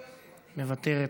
מוותרת,